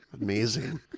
amazing